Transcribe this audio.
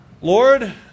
Lord